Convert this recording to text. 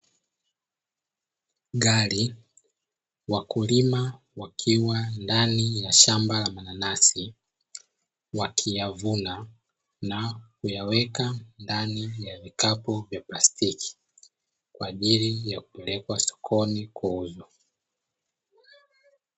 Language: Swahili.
Gari, wakulima wakiwa ndani ya shamba la na kuyaweka ndani ya vikapu vya plastiki, kwa ajili ya kupelekwa sokoni kuuzwa.